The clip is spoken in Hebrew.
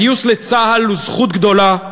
הגיוס לצה"ל הוא זכות גדולה,